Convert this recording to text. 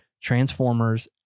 Transformers